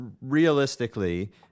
realistically